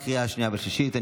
לקריאה השנייה והשלישית.